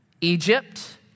Egypt